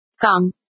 Come